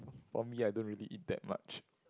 for me I don't really eat that much